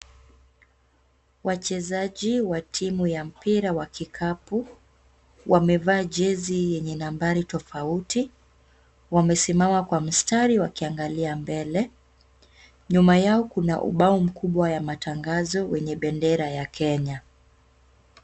Wachezaji wa timu ya mpira wa kikapu wamevaa jezi yenye nambari tofauti, wamesimama kwa mstari wakiangalia mbele. Nyuma yao kuna ubao mkubwa ya tangazo wenye bendera ya Kenya.